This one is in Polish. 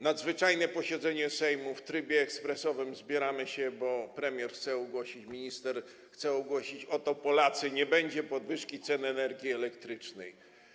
Nadzwyczajne posiedzenie Sejmu, w trybie ekspresowym zbieramy się, bo premier chce ogłosić, minister chce ogłosić, że oto, Polacy, nie będzie podwyżki cen energii elektrycznej.